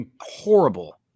horrible